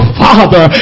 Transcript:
father